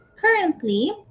currently